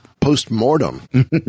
post-mortem